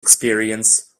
experience